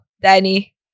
Danny